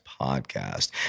podcast